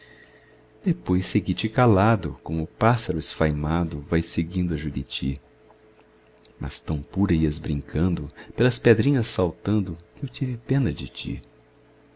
depois segui te calado como o pássaro esfaimado vai seguindo a juriti mas tão pura ias brincando pelas pedrinhas saltando que eu tive pena de ti